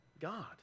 God